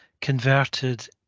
converted